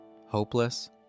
hopeless